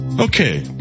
Okay